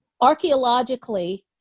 archaeologically